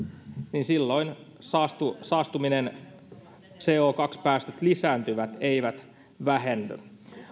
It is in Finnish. niin silloin saastuminen co päästöt lisääntyvät eivät vähenny